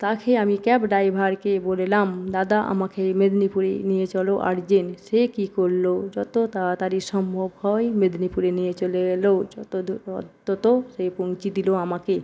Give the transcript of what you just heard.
তখন আমি ক্যাব ড্রাইভারকে বলিলাম দাদা আমাকে মেদিনীপুরেই নিয়ে চলো আর্জেন্ট সে কি করলো যত তাড়াতাড়ি সম্ভব হয় মেদিনীপুরে নিয়ে চলে এলো যত দূর অন্তত সে পৌঁছে দিলো আমাকে